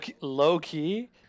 low-key